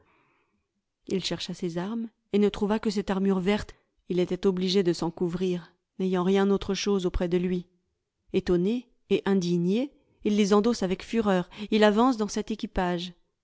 il chercha ses armes et ne trouva que cette armure verte il était obligé de s'en couvrir n'ayant rien autre chose auprès de lui etonné et indigné il les endosse avec fureur il avance dans cet équipage